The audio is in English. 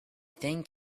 thing